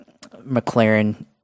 McLaren